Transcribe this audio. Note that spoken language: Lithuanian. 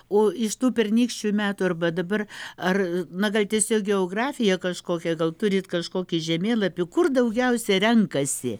o iš tų pernykščių metų arba dabar ar na gal tiesiog geografija kažkokia gal turit kažkokį žemėlapį kur daugiausia renkasi